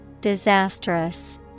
disastrous